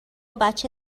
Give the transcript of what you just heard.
بچه